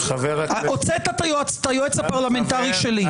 הוצאת את היועץ הפרלמנטרי שלי,